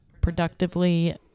productively